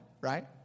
right